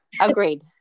agreed